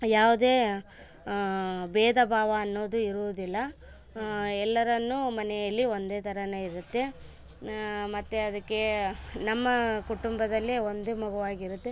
ಯಾವುದೇ ಭೇದ ಭಾವ ಅನ್ನೋದು ಇರುವುದಿಲ್ಲ ಎಲ್ಲರನ್ನು ಮನೆಯಲ್ಲಿ ಒಂದೇ ತರನೇ ಇರುತ್ತೆ ಮತ್ತೆ ಅದಕ್ಕೆ ನಮ್ಮ ಕುಟುಂಬದಲ್ಲಿ ಒಂದು ಮಗುವಾಗಿರುತ್ತೆ